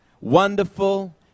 Wonderful